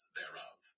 thereof